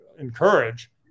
encourage